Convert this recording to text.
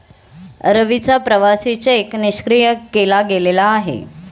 रवीचा प्रवासी चेक निष्क्रिय केला गेलेला आहे